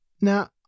Now